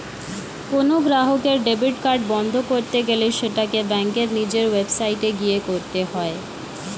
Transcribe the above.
কোনো গ্রাহকের debit card বন্ধ করতে গেলে সেটাকে ব্যাঙ্কের নিজের ওয়েবসাইটে গিয়ে করতে হয়ে